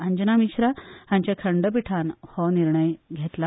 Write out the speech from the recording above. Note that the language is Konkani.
अंजना मिश्रा हांच्या खंडपिठान हो निर्णय घेतला